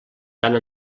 tant